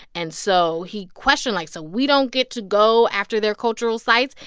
and so he questioned, like, so we don't get to go after their cultural sites?